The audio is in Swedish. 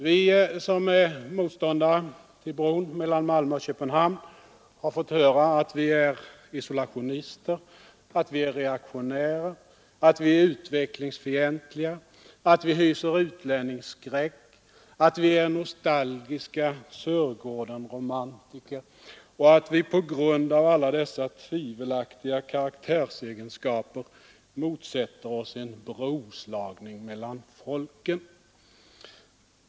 Vi som är motståndare till förslaget om en bro mellan Malmö och Köpenhamn har fått höra att vi är isolationister, reaktionära och utvecklingsfientliga, att vi hyser utlänningsskräck och att vi är nostalgiska Sörgårdenromantiker och att vi på grund av alla dessa tvivelaktiga karaktärsegenskaper motsätter oss en broslagning mellan folken.